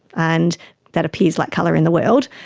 and that appears like colour in the world.